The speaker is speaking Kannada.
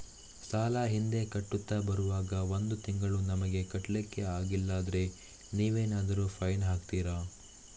ಸಾಲ ಹಿಂದೆ ಕಟ್ಟುತ್ತಾ ಬರುವಾಗ ಒಂದು ತಿಂಗಳು ನಮಗೆ ಕಟ್ಲಿಕ್ಕೆ ಅಗ್ಲಿಲ್ಲಾದ್ರೆ ನೀವೇನಾದರೂ ಫೈನ್ ಹಾಕ್ತೀರಾ?